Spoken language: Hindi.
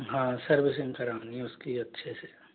हाँ सर्विसिंग करानी है उसकी अच्छे से